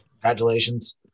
Congratulations